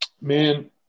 man